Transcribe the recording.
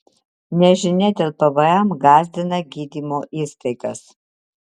nežinia dėl pvm gąsdina gydymo įstaigas